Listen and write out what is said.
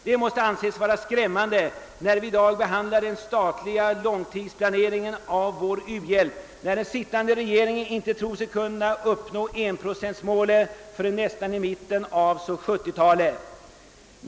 Det måste anses vara skrämmande att, när vi i dag behandlar den statliga långtidsplaneringen av vår u-landshjälp, den sittande regeringen inte tror sig kunna uppnå enprocentmålet förrän nästan i mitten på 1970-talet.